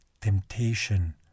temptation